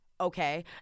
okay